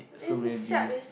so many durian